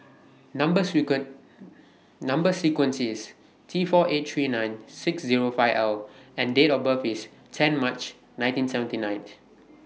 Number sequence Number sequence IS Tforty eight lakh thirty nine thousand six hundred and five L and Date of birth IS ten March one thousand nine hundred and seventy nine